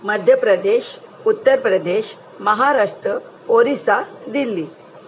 Madhya Pradesh Uttar Pradesh Maharashtra Orissa Delhi